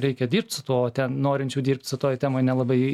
reikia dirbt su tuo o ten norinčių dirbt su toj temoj nelabai